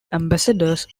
ambassadors